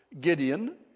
Gideon